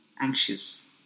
anxious